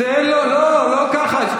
לא, לא ככה.